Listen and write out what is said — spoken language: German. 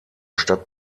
stadt